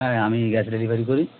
হ্যাঁ আমি gas delivery করি